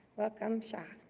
welcome, shah.